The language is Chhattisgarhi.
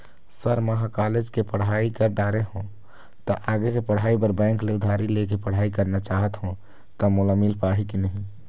सर म ह कॉलेज के पढ़ाई कर दारें हों ता आगे के पढ़ाई बर बैंक ले उधारी ले के पढ़ाई करना चाहत हों ता मोला मील पाही की नहीं?